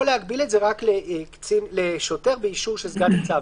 או להגביל את זה רק לשוטר באישור של סגן ניצב.